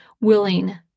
willing